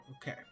Okay